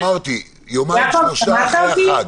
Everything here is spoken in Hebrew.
אמרתי, יומיים-שלושה אחרי החג.